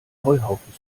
heuhaufen